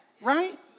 right